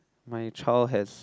my child has